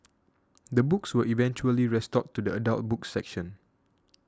the books were eventually restored to the adult books section